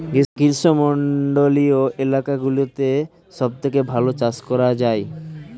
গ্রীষ্মমণ্ডলীয় এলাকাগুলোতে সবথেকে ভালো চাষ করা যায়